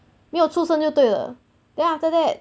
没有出声就对了 then after that